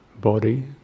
Body